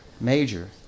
major